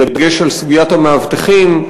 בדגש על סוגיית המאבטחים,